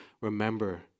remember